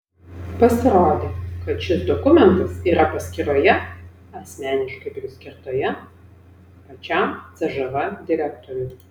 pasirodė kad šis dokumentas yra paskyroje asmeniškai priskirtoje pačiam cžv direktoriui